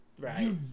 Right